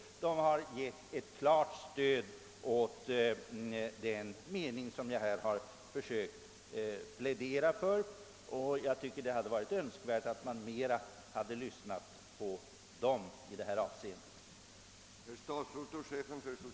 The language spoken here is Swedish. Sällskapet har givit ett klart stöd åt den mening som jag här har försökt plädera för, och jag tycker det hade varit önskvärt om man mera hade lyssnat på Läkaresällskapet i detta fall.